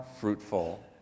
fruitful